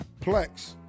Plex